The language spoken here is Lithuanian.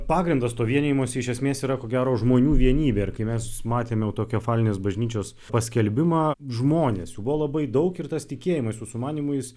pagrindas to vienijimosi iš esmės yra ko gero žmonių vienybė ir kai mes matėme autokefalinės bažnyčios paskelbimą žmonės jų buvo labai daug ir tas tikėjimas jūsų manymu